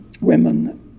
women